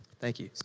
thank you.